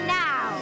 now